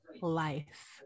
life